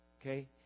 Okay